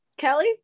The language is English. Kelly